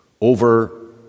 over